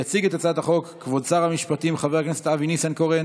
יציג את הצעת החוק כבוד שר המשפטים חבר הכנסת אבי ניסנקורן.